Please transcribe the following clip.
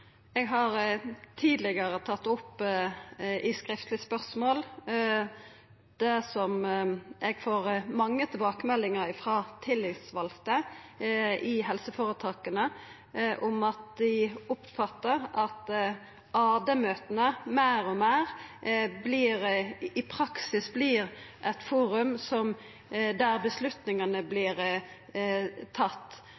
Eg har tidlegare tatt opp i skriftleg spørsmål det som eg får mange tilbakemeldingar frå tillitsvalde i helseføretaka om, at dei oppfattar at AD-møta i praksis meir og meir